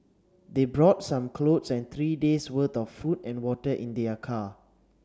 they brought some clothes and three days worth of food and water in their car